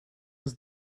was